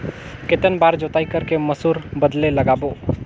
कितन बार जोताई कर के मसूर बदले लगाबो?